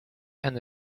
and